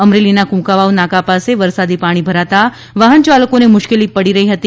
અમરેલીના કુંકાવાવ નાકા પાસે વરસાદી પાણી ભરાતા વાહનચાલકોને મુશ્કેલી પડી રહી છે